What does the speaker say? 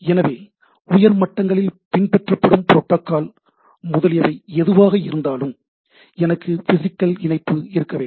எனவே உயர் மட்டங்களில் பின்பற்றப்படும் ப்ரோட்டோகால் முதலியவை எதுவாக இருந்தாலும் எனக்கு பிசிகல் இணைப்பு இருக்க வேண்டும்